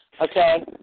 okay